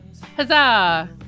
Huzzah